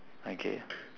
okay